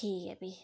ठीक ऐ भी